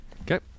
Okay